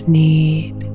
need